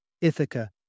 Ithaca